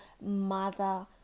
Mother